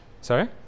Sorry